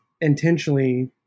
intentionally